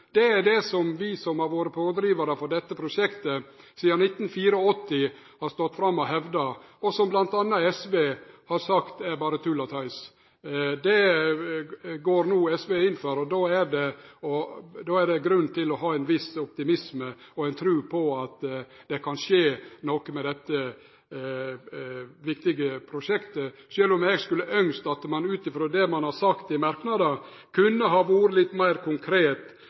Ja, det er dette vi som har vore pådrivarar for dette prosjektet sidan 1984, har stått fram og hevda, og som bl.a. SV har sagt er berre tull og tøys. Dette går no SV inn for, og då er det grunn til å ha ein viss optimisme og ei tru på at det kan skje noko med dette viktige prosjektet. Sjølv om eg skulle ønskt at ein ut frå det ein har sagt i merknader, kunne ha vore litt meir konkret